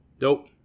Nope